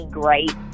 great